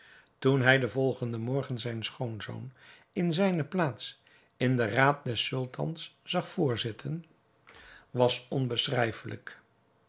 toen hij den volgenden morgen zijn schoonzoon in zijne plaats in den raad des sultans zag voorzitten was onbeschrijfelijk